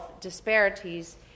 disparities